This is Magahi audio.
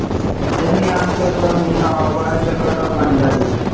बैंगनी आम के स्वाद मीठा होबो हइ, चॉकलेट और वैनिला जइसन